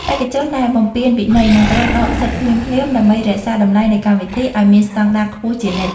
បេក្ខជនដែលបំពានវិន័យនឹងត្រូវដកសិទ្ធិភ្លាមៗដើម្បីរក្សាតម្លៃនៃកម្មវិធីឱ្យមានស្តង់ដារខ្ពស់ជានិច្ច។